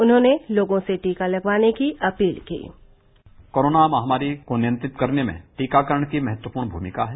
उन्होंने लोगों से टीका लगवाने की अपील की कोरोना महामारी को नियंत्रित करने में टीकाकरण की महत्वपूर्ण मूमिका है